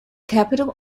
capital